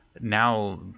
now